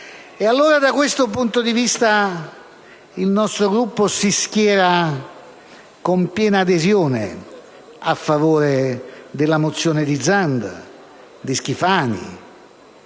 da questo punto di vista il nostro Gruppo si schiera con piena adesione a favore della mozione presentata dal